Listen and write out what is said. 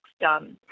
done